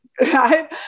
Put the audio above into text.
right